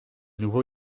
nouveau